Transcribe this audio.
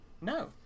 No